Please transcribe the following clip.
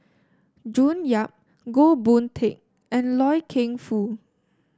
June Yap Goh Boon Teck and Loy Keng Foo